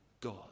God